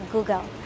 Google